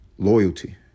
Loyalty